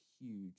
huge